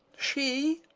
she,